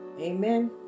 Amen